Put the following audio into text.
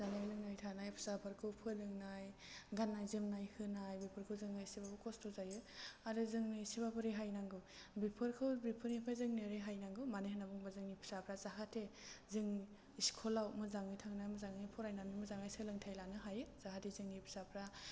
जानाय लोंनाय थानाय फिसाफोरखौ फोरोंनाय गान्नाय जोमनाय होनाय बेफोरखौ जों एसेबाबो खस्थ' जायो आरो जोंनो एसेबाबो रेहाय नांगौ बेफोरखौ बेफोरनिफ्राय जोंनो रेहाय नांगौ मानो होन्नानै बुङोब्ला जोंनि फिसाफ्रा जाहाथे जों स्कुलाव मोजाङै थांनानै मोजाङै फरायनानै मोजाङै सोलोंथाइ लानो हायो जाहाथे जोंनि फिसाफ्रा